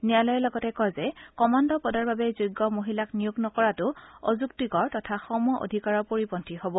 ন্যায়ালযে লগতে কয় যে কমাণ্ড পদৰ বাবে যোগ্য মহিলাক নিয়োগ নকৰাটো অযুক্তিকৰ তথা সম অধিকাৰৰ পৰিপন্থী হ'ব